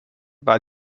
war